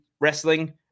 wrestling